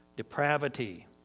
depravity